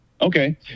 Okay